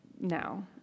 now